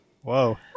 Whoa